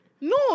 No